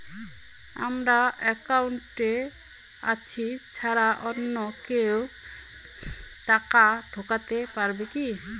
আমার একাউন্টে আমি ছাড়া অন্য কেউ টাকা ঢোকাতে পারবে কি?